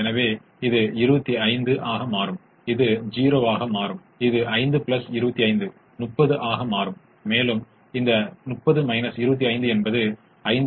ஒவ்வொரு சாத்தியமான தீர்விற்கும் புறநிலை செயல்பாட்டின் மேல் மதிப்பீட்டைக் கண்டுபிடிக்கத் தொடங்கினோம்